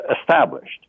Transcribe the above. established